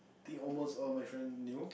think almost all my friend knew